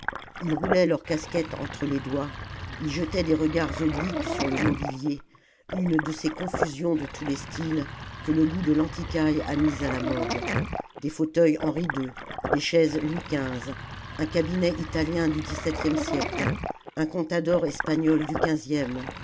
ils roulaient leurs casquettes entre les doigts ils jetaient des regards obliques sur le mobilier une de ces confusions de tous les styles que le goût de l'antiquaille a mises à la mode des fauteuils henri ii des chaises louis xv un cabinet italien du dix-septième siècle un contador espagnol du quinzième